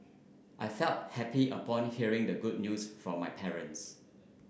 I felt happy upon hearing the good news from my parents